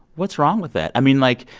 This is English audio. what's wrong with that? i mean, like,